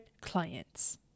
clients